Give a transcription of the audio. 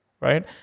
right